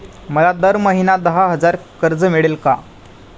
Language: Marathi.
मला दर महिना दहा हजार कर्ज मिळेल का?